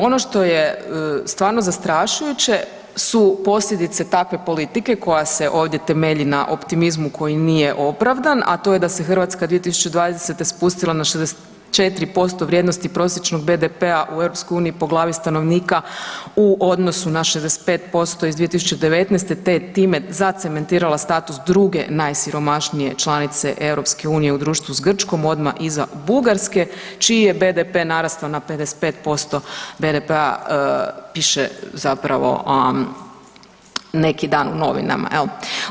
Ono što je stvarno zastrašujuće su posljedice takve politike koja se ovdje temelji na optimizmu koji nije opravdan, a to je da se Hrvatska 2020. spustila na 64% vrijednosti prosječnog BDP-a u EU po glavi stanovnika u odnosu na 65% iz 2019., te time zacementirala status druge najsiromašnije članice EU u društvu s Grčkom odma iza Bugarske, čiji je BDP narastao na 55% BDP-a piše zapravo neki dan u novinama jel.